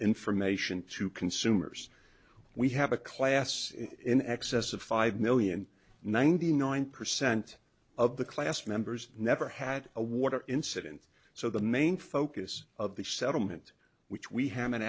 information to consumers we have a class in excess of five million ninety nine percent of the class members never had a water incident so the main focus of the settlement which we ha